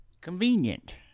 Convenient